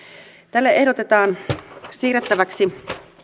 tälle ehdotetaan siirrettäväksi